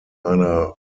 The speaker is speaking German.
einer